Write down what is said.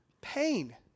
pain